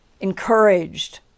encouraged